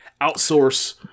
outsource